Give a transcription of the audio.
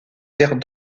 terres